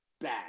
bad